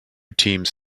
teams